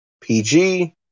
PG